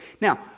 Now